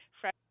fresh